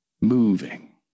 moving